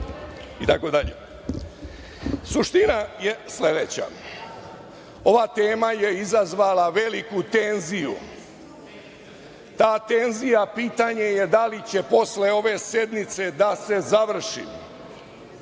sasvim dobro. Suština je sledeća, ova tema je izazvala veliku tenziju. Ta tenzija pitanje je da li će posle ove sednice da se završi